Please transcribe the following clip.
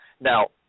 Now